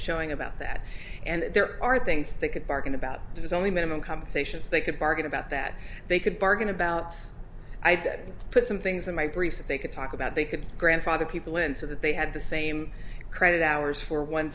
showing about that and there are things they could bargain about it was only minimum compensations they could bargain about that they could bargain abouts i did put some things in my briefs that they could talk about they could grandfather people in so that they had the same credit hours for one